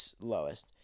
lowest